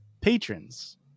patrons